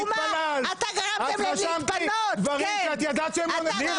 ------ את רשמת לי דברים שאת ידעת שהם לא נכונים --- ניר,